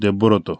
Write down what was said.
Debabrata